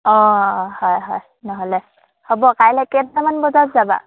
অঁ হয় হয় নহ'লে হ'ব কাইলৈ কেইটামান বজাত যাবা